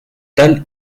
tal